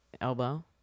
Elbow